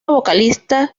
vocalista